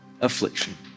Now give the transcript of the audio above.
affliction